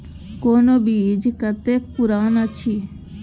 कोनो बीज कतेक पुरान अछि?